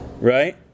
Right